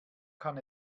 kann